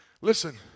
Listen